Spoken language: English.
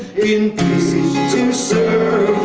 in peace to serve